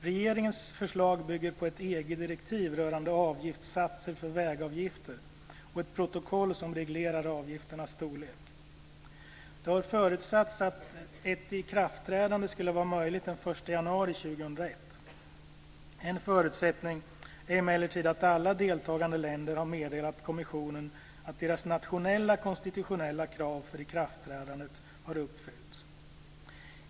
Regeringens förslag bygger på ett EG-direktiv rörande avgiftssatser för vägavgifter och ett protokoll som reglerar avgifternas storlek. Det har förutsatts att ett ikraftträdande skulle vara möjligt den 1 januari 2001. En förutsättning är emellertid att alla deltagande länder har meddelat kommissionen att deras nationella konstitutionella krav för ikraftträdandet har uppfyllts.